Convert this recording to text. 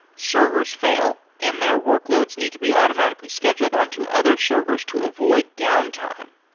servers fail and their workloads need to be automatically scheduled onto other servers to avoid downtime.